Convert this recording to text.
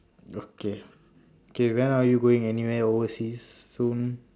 okay okay when are you going anywhere overseas soon